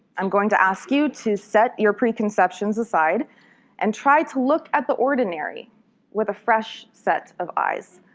i'm going to ask you to set your preconceptions aside and try to look at the ordinary with a fresh set of eyes.